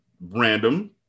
Random